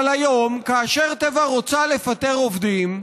אבל היום, כאשר טבע רוצה לפטר עובדים,